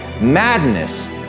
madness